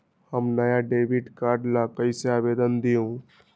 हम नया debit card ला कईसे आवेदन दिउ?